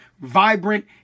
vibrant